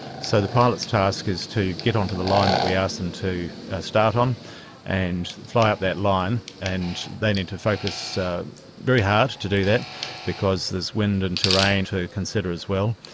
so the pilot's task is to get onto the line that we ask them to start on and fly up that line, and they need to focus very hard to do that because there is wind and terrain to consider as well.